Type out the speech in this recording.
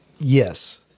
Yes